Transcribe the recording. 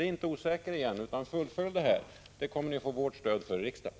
Bli inte osäkra igen, utan fullfölj era föresatser! Det kommer ni att få vårt stöd för i riksdagen.